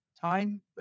time